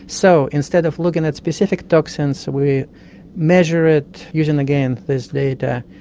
so instead of looking at specific toxins, we measure it using, again, this data,